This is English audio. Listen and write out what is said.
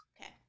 Okay